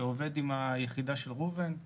שעובד עם היחידה של ראובן,